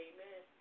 Amen